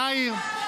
יאיר,